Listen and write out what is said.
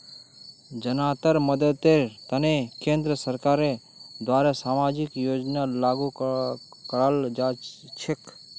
जनतार मददेर तने केंद्र सरकारेर द्वारे सामाजिक योजना लागू कराल जा छेक